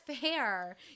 fair